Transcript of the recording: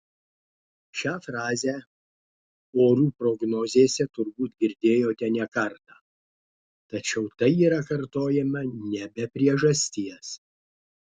šią frazę orų prognozėse turbūt girdėjote ne kartą tačiau tai yra kartojama ne be priežasties